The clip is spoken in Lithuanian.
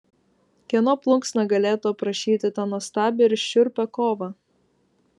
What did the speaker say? kieno plunksna galėtų aprašyti tą nuostabią ir šiurpią kovą